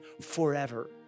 forever